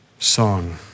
Song